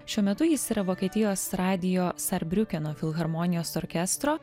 šiuo metu jis yra vokietijos radijo sarbriukeno filharmonijos orkestro